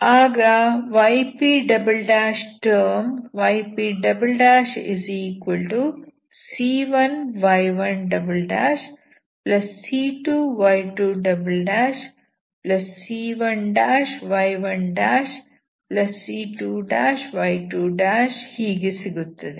ಆಗ yp term ypc1y1c2y2c1y1c2y2 ಹೀಗೆ ಸಿಗುತ್ತದೆ